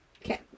Okay